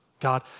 God